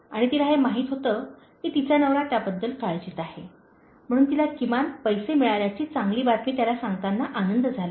आणि तिला हे माहित होते की तिचा नवरा त्याबद्दल काळजीत आहे म्हणून तिला किमान पैसे मिळाल्याची चांगली बातमी त्याला सांगताना आनंद झाला